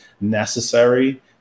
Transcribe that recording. necessary